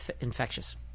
infectious